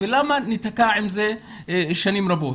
למה ניתקע עם זה שנים רבות?